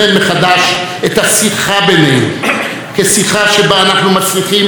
שבה אנחנו מצליחים לתקשר למרות חילוקי הדעות,